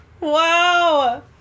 Wow